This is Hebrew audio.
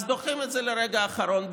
אז דוחים את זה לרגע האחרון.